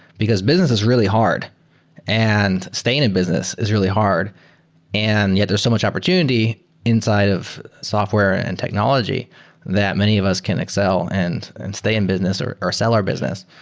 because business is really hard and staying in business is really hard and yet there's so much opportunity inside of software and technology that many of us can excel and and stay in business or or sell our business.